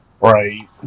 Right